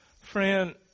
Friend